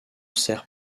sert